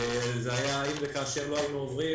אם וכאשר לא היינו עוברים,